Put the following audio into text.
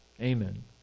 Amen